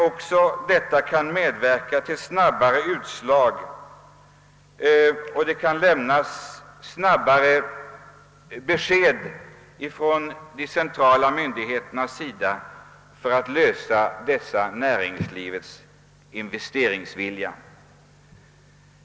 Också detta kan medverka till snabbare utslag, till snabbare besked från de centrala myndigheterna för att tillgodose näringslivets investeringsvilja.